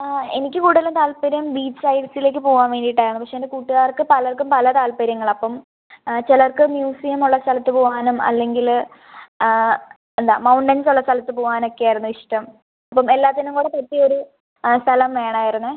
എനിക്ക് കൂടുതലും താൽപ്പര്യം ബീച്ച് സൈഡ്സിലേക്ക് പോവാൻ വേണ്ടിയിട്ട് ആയിരുന്നു പക്ഷെ എൻ്റെ കൂട്ടുകാർക്ക് പലർക്കും പല താല്പര്യങ്ങളാണ് അപ്പം ചിലർക്ക് മ്യൂസിയം ഉള്ള സ്ഥലത്ത് പോവാനും അല്ലെങ്കിൽ എന്താ മൗണ്ടൻസ് ഉള്ള സ്ഥലത്ത് പോവാനൊക്കെ ആയിരുന്നു ഇഷ്ടം അപ്പം എല്ലാത്തിനും കൂടി പറ്റിയ ഒരു സ്ഥലം വേണമായിരുന്നു